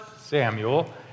Samuel